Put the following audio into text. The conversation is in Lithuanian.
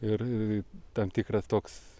ir tam tikras toks